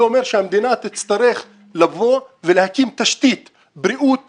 זה אומר שהמדינה תצטרך לבוא ולהקים תשתית בריאות מאפס,